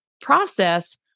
process